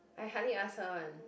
I hardly ask her one